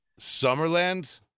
summerland